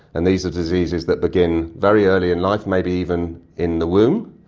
and these are diseases that begin very early in life, maybe even in the womb,